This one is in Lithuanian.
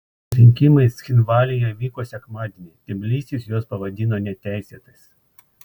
rinkimai cchinvalyje vyko sekmadienį tbilisis juos pavadino neteisėtais